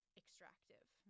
extractive